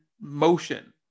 motion